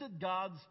god's